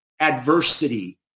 adversity